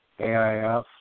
AIF